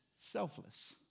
selfless